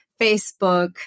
Facebook